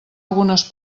algunes